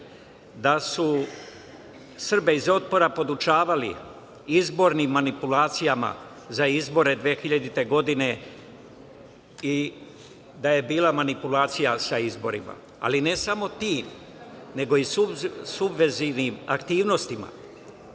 da su Srbe iz Otpora podučavali izbornim manipulacijama za izbore 2000. godine, i da je bila manipulacija sa izborima, ali ne samo ti, nego i subverzivnim aktivnostima.